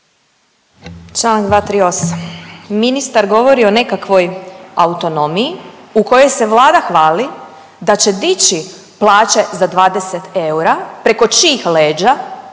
Čl. 238. Ministar govori o nekakvoj autonomiji u kojoj se Vlada hvali da će dići plaće za 20 eura, preko čijih leđa.